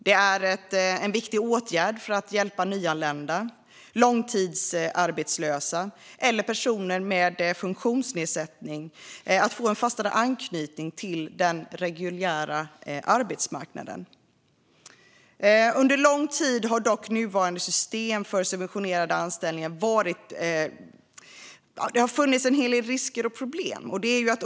Det är en viktig åtgärd för att hjälpa nyanlända, långtidsarbetslösa och personer med funktionsnedsättning att få en fastare anknytning till den reguljära arbetsmarknaden. Under lång tid har dock det nuvarande systemet för subventionerade anställningar inneburit en del risker och problem.